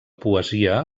poesia